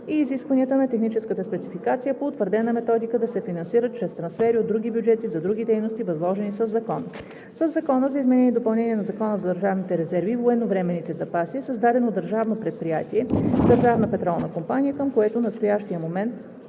и изискванията на техническата спецификация по утвърдена методика да се финансират чрез трансфери от други бюджети за други дейности, възложени със закон. Със Закона за изменение и допълнение на Закона за държавните резерви и военновременните запаси е създадено Държавно предприятие „Държавна петролна компания“, което към настоящия момент